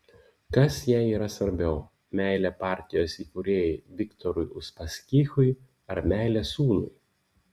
kas jai yra svarbiau meilė partijos įkūrėjui viktorui uspaskichui ar meilė sūnui